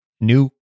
new